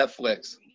Netflix